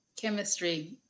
Chemistry